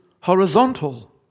horizontal